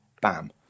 Bam